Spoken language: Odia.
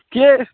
କିଏ